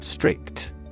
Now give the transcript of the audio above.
Strict